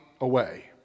away